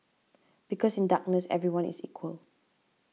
because in darkness everyone is equal